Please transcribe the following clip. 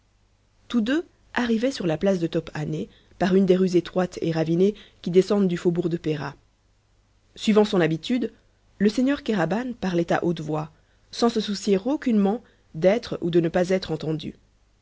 tous deux arrivaient sur la place de top hané par une des rues étroites et ravinées qui descendent du faubourg de péra suivant son habitude le seigneur kéraban parlait à haute voix sans se soucier aucunement d'être ou de ne pas être entendu